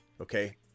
Okay